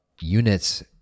units